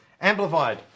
Amplified